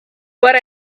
but